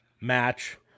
match